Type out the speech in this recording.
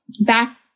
back